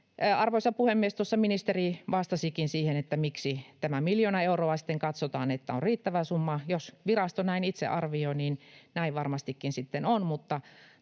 Arvoisa puhemies! Tuossa ministeri vastasikin siihen, miksi sitten katsotaan, että tämä miljoona euroa on riittävä summa. Jos virasto näin itse arvioi, niin näin varmastikin sitten on,